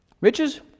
Riches